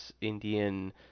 indian